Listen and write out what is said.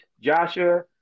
Joshua